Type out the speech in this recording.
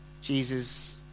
Jesus